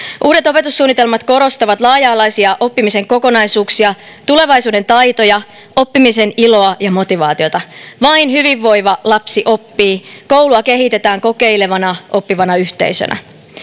uudet opetussuunnitelmat korostavat laaja alaisia oppimisen kokonaisuuksia tulevaisuuden taitoja oppimisen iloa ja motivaatiota vain hyvinvoiva lapsi oppii koulua kehitetään kokeilevana oppivana yhteisönä